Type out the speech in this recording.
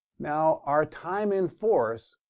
now, our time-in-force,